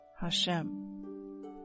Hashem